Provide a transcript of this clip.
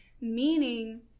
meaning